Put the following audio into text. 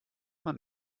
man